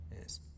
Yes